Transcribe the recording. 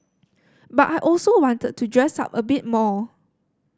but I also wanted to dress up a bit more